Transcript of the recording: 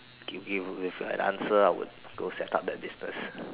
given you with an answer I would go set up that business